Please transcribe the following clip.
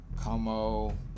Como